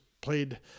played